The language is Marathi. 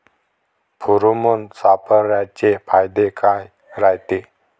फेरोमोन सापळ्याचे फायदे काय रायते?